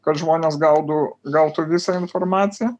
kad žmonės gaudų gautų visą informaciją